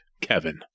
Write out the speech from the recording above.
Kevin